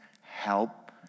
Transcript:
help